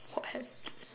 what